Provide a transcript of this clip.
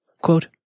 Quote